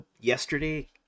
yesterday